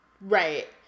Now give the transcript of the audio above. Right